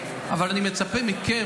אבל אני מצפה מכם,